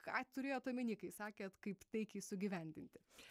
ką turėjotomeny kai sakėt kaip taikiai sugyvendinti